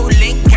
link